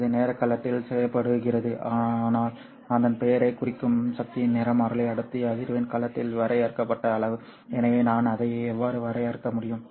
இது நேரக் களத்தில் செய்யப்படுகிறது ஆனால் அதன் பெயரைக் குறிக்கும் சக்தி நிறமாலை அடர்த்தி அதிர்வெண் களத்தில் வரையறுக்கப்பட்ட அளவு எனவே நான் அதை எவ்வாறு வரையறுக்க முடியும்